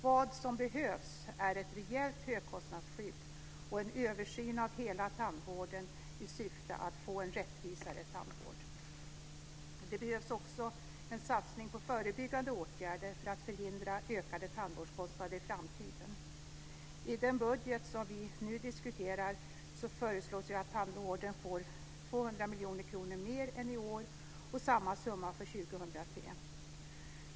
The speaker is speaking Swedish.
Vad som behövs är ett rejält högkostnadsskydd och en översyn av hela tandvården i syfte att få en rättvisare tandvård. Det behövs också en satsning på förebyggande åtgärder för att förhindra ökade tandvårdskostnader i framtiden. I den budget som vi nu diskuterar föreslås tandvården få 200 miljoner kronor mer än i år och samma summa för 2003.